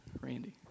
Randy